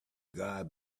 god